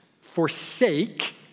Forsake